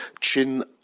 Chin